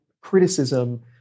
criticism